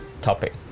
topic